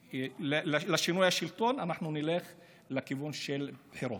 לשינוי השלטון אנחנו נלך לכיוון של בחירות,